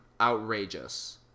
Outrageous